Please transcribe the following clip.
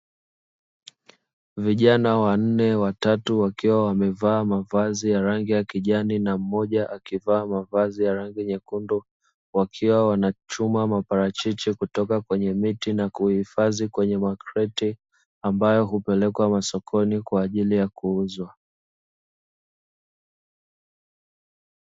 Vijana wanne (watatu wakiwa wamevaa mavazi ya rangi ya kijani na mmoja akivaa mavazi ya rangi nyekundu), wakiwa wanachuma maparachichi kutoka kwenye miti na kuhifadhi kwenye makreti ambayo hupelekwa masokoni kwa ajili ya kuuzwa.